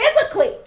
physically